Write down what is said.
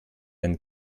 ein